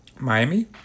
Miami